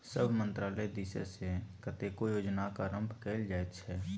सभ मन्त्रालय दिससँ कतेको योजनाक आरम्भ कएल जाइत छै